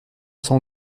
son